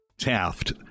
Taft